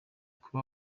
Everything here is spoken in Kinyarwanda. kuba